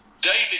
David